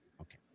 okay